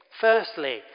Firstly